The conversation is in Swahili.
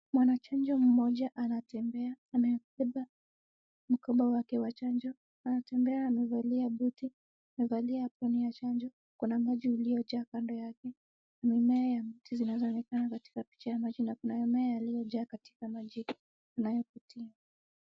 Mwanachanjo mmoja anatembea, amebeba mkoba wake wa chanjo. Anatembea amevalia booti , amevalia aproni ya chanjo. Kuna maji yaliyojaa kando yake, mimea ya miti zinazoonekana katika picha ya maji na kuna mimea iliyojaa katika maji anayopitia.